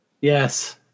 Yes